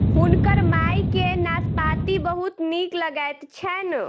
हुनकर माई के नाशपाती बहुत नीक लगैत छैन